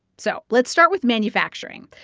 so let's start with manufacturing.